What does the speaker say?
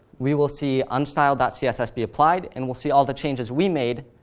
we will see unstyled ah css be applied, and we'll see all the changes we made